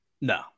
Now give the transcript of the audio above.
No